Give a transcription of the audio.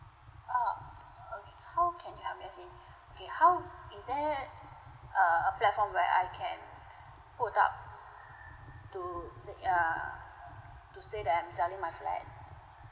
ah okay how can you help me as in okay how is there err a platform where I can put up to si~ err to say that I'm selling my flat